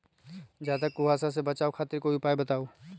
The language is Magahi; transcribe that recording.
ज्यादा कुहासा से बचाव खातिर कोई उपाय बताऊ?